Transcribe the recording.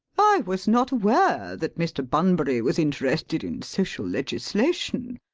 i was not aware that mr. bunbury was interested in social legislation.